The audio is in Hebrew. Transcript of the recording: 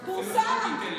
פורסם.